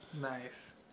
Nice